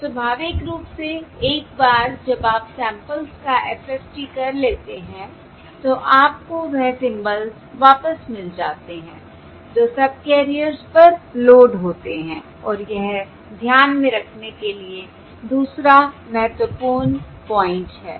तो स्वाभाविक रूप से एक बार जब आप सैंपल्स का FFT कर लेते हैं तो आपको वह सिंबल्स वापस मिल जाते हैं जो सबकैरियर्स पर लोड होते हैं और यह ध्यान में रखने के लिए दूसरा महत्वपूर्ण पॉइंट है